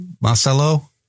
Marcelo